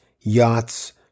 yachts